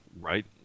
right